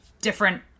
different